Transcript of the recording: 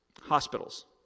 Hospitals